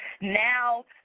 now